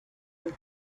and